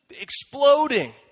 exploding